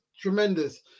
tremendous